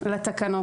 לתקנות.